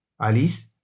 Alice